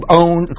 own